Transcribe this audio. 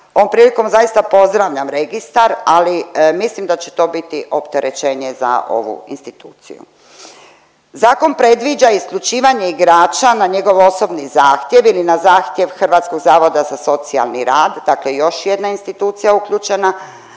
Ovom prilikom zaista pozdravljam registar, ali mislim da će to biti opterećenje za ovu instituciju. Zakon predviđa isključivanje igrača na njegov osobni zahtjev ili na zahtjev Hrvatskog zavoda za socijalni rad, dakle još jedna institucija uključena,